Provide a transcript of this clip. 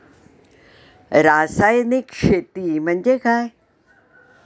रासायनिक शेती म्हणजे काय?